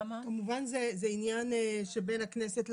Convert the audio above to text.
כמובן זה עניין שבין הכנסת,